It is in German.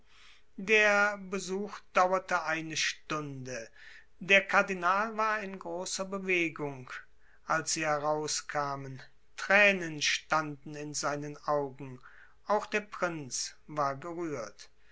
der besuch dauerte eine stunde der kardinal war in großer bewegung als sie herauskamen tränen standen in seinen augen auch der prinz war gerührt